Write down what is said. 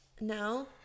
no